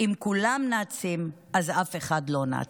אם כולם נאצים, אז אף אחד לא נאצי.